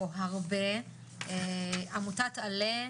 לעמותת על"ה,